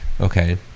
Okay